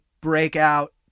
breakout